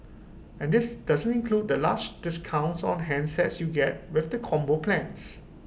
and this doesn't include the large discounts on handsets you get with the combo plans